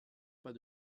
pas